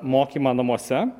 mokymą namuose